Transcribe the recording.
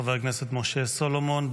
חבר הכנסת משה סולומון,